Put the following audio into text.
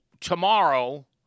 tomorrow